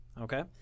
okay